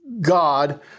God